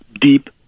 deep